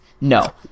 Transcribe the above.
No